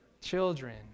Children